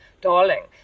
Darling